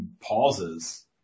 pauses